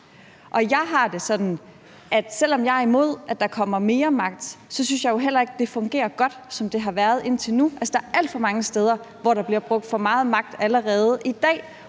Og jeg har det sådan, at selv om jeg er imod, at der kommer mere magt, synes jeg heller ikke, det fungerer godt, som det har været indtil nu. Altså, der er alt for mange steder, hvor der bliver brugt for meget magt allerede i dag,